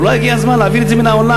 ואולי הגיע הזמן להעביר את זה מן העולם.